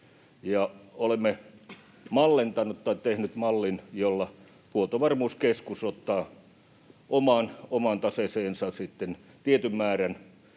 Olemme tehneet mallin, jolla Huoltovarmuuskeskus ottaa omaan taseeseensa tietyn määrän